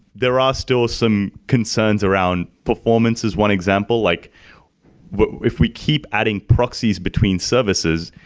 there are still some concerns around performance is one example. like but if we keep adding proxies between services,